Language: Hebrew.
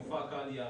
מופע הקהל ירד,